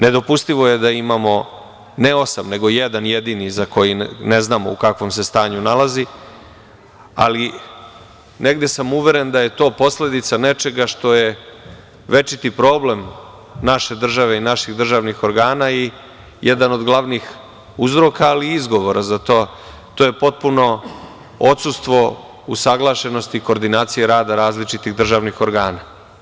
Nedopustivo je da imamo, ne osam, nego jedan jedini za koji ne znamo u kakvom se stanju nalazi, ali negde sam uveren da je to posledica nečega što je večiti problem naše države i naših državnih organa i jedan od glavnih uzroka, ali i izgovora za to, a to je potpuno odsustvo usaglašenosti koordinacije rada različitih državnih organa.